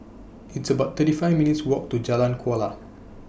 It's about thirty five minutes' Walk to Jalan Kuala